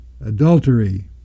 adultery